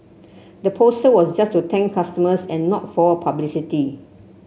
the poster was just to thank customers and not for publicity